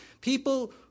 People